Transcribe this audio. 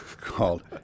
called